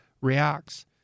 reacts